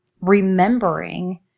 remembering